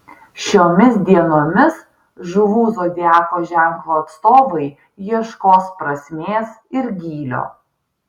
šiomis dienomis žuvų zodiako ženklo atstovai ieškos prasmės ir gylio